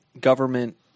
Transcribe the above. government